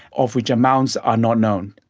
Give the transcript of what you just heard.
of which amounts are not known.